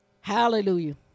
Hallelujah